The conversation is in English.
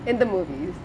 in the movies